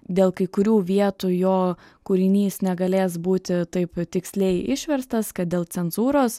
dėl kai kurių vietų jo kūrinys negalės būti taip tiksliai išverstas kad dėl cenzūros